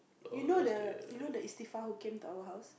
you know the you know the who came to our house